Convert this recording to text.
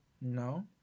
No